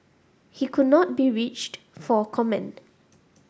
he could not be reached for comment